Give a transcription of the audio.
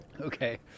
Okay